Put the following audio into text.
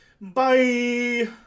Bye